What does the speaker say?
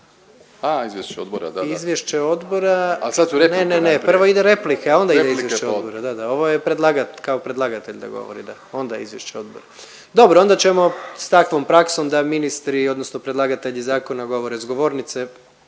Ali sad su replike./… Ne, ne, ne. Prvo ide replike, a onda ide izvješće odbora. Da, da. Ovo je kao predlagatelj da govori, da, onda izvješće odbora. Dobro onda ćemo sa takvom praksom da ministri odnosno predlagatelji zakona govore s govornice,